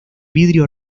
vidrio